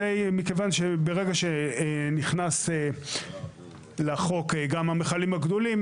מכיוון שברגע שנכנס לחוק גם המכלים הגדולים,